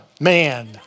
man